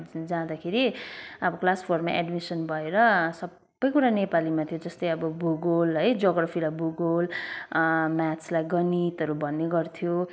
जा जाँदाखेरि अब क्लास फोरमा एड्मिसन भएर सबैकुरा नेपालीमा थियो जस्तै अब भूगोल है जोग्रफीलाई भूगोल म्याचलाई गणितहरू भन्ने गर्थ्यो